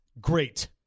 great